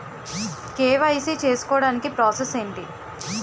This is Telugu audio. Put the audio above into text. కే.వై.సీ చేసుకోవటానికి ప్రాసెస్ ఏంటి?